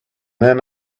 then